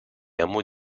hameaux